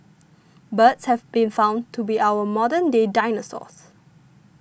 birds have been found to be our modern day dinosaurs